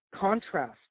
contrast